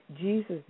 Jesus